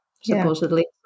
supposedly